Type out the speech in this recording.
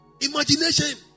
Imagination